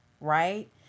right